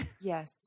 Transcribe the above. Yes